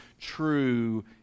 true